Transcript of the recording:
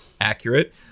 Accurate